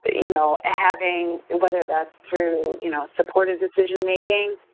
you know, having whether that's through, you know, supportive decision making